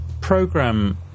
program